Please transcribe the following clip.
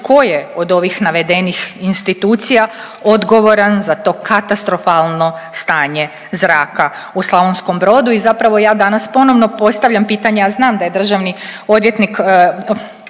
tko je od ovih navedenih institucija odgovoran za to katastrofalno stanje zraka u Slavonskom Brodu. I zapravo ja danas ponovno postavljam pitanje, a znam da je državni odvjetnik,